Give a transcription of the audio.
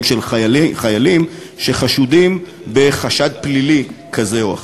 של חיילים שחשודים בחשד פלילי כזה או אחר,